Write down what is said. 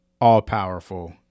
all-powerful